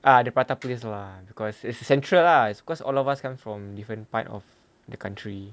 ah the prata place lah because it's the central lah because all of us come from different part of the country